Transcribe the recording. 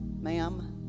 ma'am